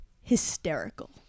hysterical